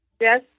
Yes